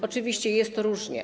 Oczywiście jest różnie.